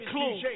Clue